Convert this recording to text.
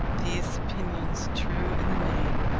these opinions, true in the main,